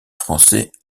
français